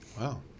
Wow